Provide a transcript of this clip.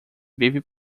vive